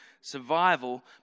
survival